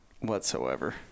whatsoever